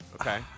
Okay